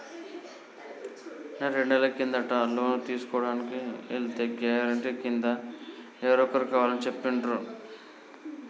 నేను రెండేళ్ల కిందట లోను తీసుకోడానికి ఎల్తే గారెంటీ కింద ఎవరో ఒకరు కావాలని చెప్పిండ్రు